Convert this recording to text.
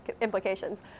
implications